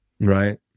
Right